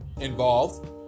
Involved